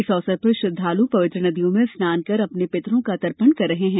इस अवसर पर श्रद्वालु पवित्र नदियों में स्नान कर अपने पितरों का तर्पण कर रहे हैं